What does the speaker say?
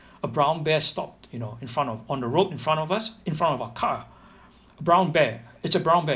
a brown bear stopped you know in front of on the road in front of us in front of our car brown bear it's a brown bear